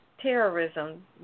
terrorism